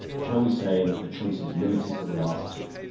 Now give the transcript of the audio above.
shall we say that the choice is limited to the last two?